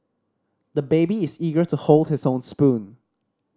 the baby is eager to hold his own spoon